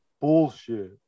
Bullshit